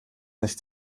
nicht